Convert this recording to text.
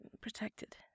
protected